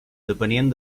depenien